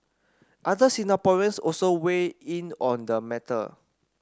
other Singaporeans also weigh in on the matter